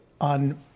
on